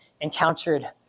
encountered